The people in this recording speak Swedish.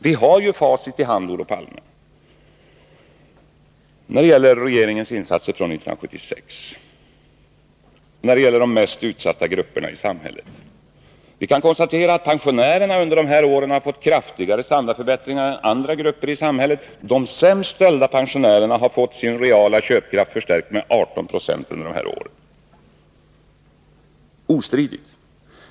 Vi har facit i hand, Olof Palme, när det gäller regeringens insatser från 1976 vad avser de mest utsatta grupperna i samhället. Vi kan konstatera att pensionärerna under de år det gäller har fått kraftigare standardförbättringar än andra grupper i samhället. De sämst ställda pensionärerna har ostridigt fått sin reala köpkraft förstärkt med 18 26 under dessa år.